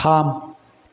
थाम